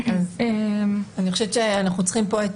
אז זה רק עניין שיש פה תוספת תקציב.